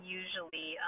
usually